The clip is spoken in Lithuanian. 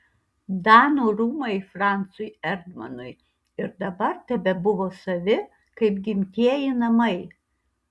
danų rūmai francui erdmanui ir dabar tebebuvo savi kaip gimtieji namai